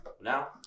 Now